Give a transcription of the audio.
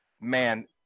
Man